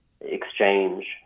exchange